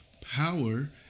power